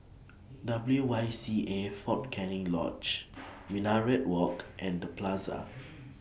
W Y C A Fort Canning Lodge Minaret Walk and The Plaza